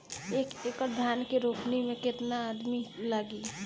एक एकड़ धान के रोपनी मै कितनी आदमी लगीह?